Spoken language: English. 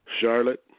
Charlotte